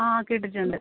ആ കേട്ടിട്ടുണ്ട്